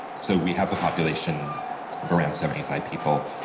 so we have a population of around seventy five people.